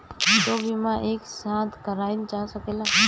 दो बीमा एक साथ करवाईल जा सकेला?